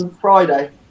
Friday